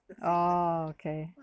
oh okay